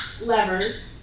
levers